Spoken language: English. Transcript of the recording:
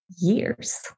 years